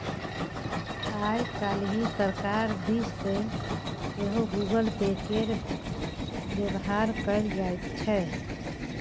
आय काल्हि सरकार दिस सँ सेहो गूगल पे केर बेबहार कएल जाइत छै